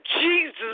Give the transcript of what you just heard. Jesus